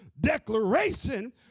declaration